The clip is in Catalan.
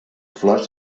flors